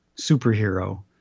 superhero